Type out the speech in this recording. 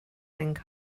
think